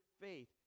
faith